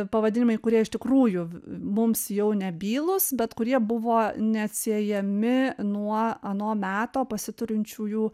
pavadinimai kurie iš tikrųjų mums jau nebylūs bet kurie buvo neatsiejami nuo ano meto pasiturinčiųjų